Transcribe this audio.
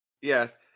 Yes